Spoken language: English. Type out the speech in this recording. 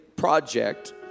project